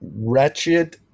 wretched